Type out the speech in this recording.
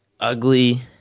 ugly